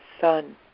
Son